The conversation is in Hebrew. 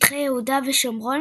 שטחי יהודה ושומרון,